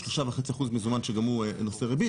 ו-3.5% מזומן שגם הוא נושא ריבית.